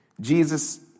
Jesus